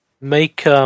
make